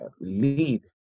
lead